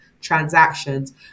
transactions